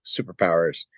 superpowers